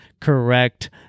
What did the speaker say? correct